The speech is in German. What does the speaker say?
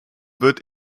wird